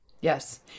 Yes